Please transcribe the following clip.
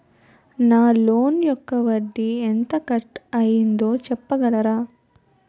నా లోన్ యెక్క వడ్డీ ఎంత కట్ అయిందో చెప్పగలరా?